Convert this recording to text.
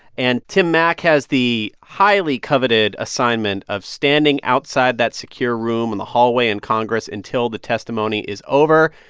and tim mak has the highly coveted assignment of standing outside that secure room in the hallway in congress until the testimony is over.